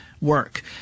work